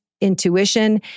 intuition